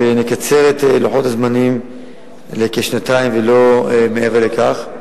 שנקצר את לוחות הזמנים לשנתיים ולא מעבר לכך.